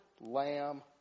Lamb